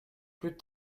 plus